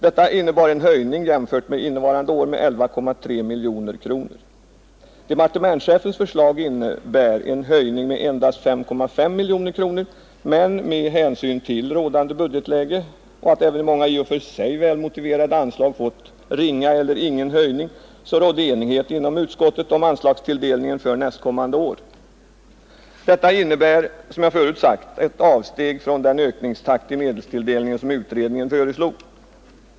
Detta innebar en höjning jämfört med innevarande år med 11,3 miljoner kronor. Departementschefens förslag innebär en höjning med endast 5,5 miljoner kronor men med hänsyn till rådande budgetläge, då många i och för sig välmotiverade anslag fått ringa eller ingen höjning, rådde enighet inom utskottet om anslagstilldelningen för nästkommande år. Detta innebär — som jag förut sagt — ett avsteg från den ökningstakt i medelstilldelningen som utredningen föreslog.